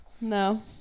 No